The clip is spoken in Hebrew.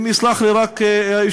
אם יסלח לי רק היושב-ראש,